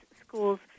schools